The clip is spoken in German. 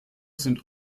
sind